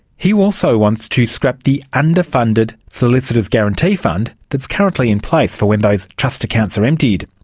he also wants to scrap the under-funded solicitors guarantee fund that's currently in place for when those trust accounts are emptied.